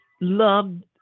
loved